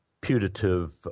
putative